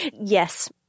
Yes